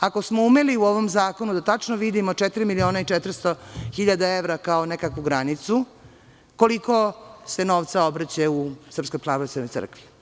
Ako smo umeli u ovom zakonu da tačno vidimo 4.400.000 evra, kao nekakvu granicu, koliko se novca obrće u Srpskoj pravoslavnoj crkvi?